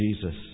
Jesus